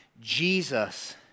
Jesus